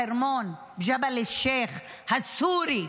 בחרמון, ג'בל א-שייח', הסורי.